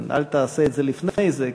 אל תעשה את זה לפני זה,